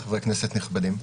חברי כנסת נכבדים,